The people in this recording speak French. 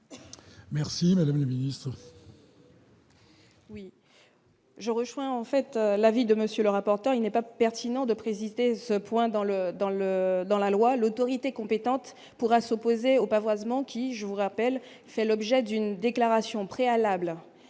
Merci madame la ministre.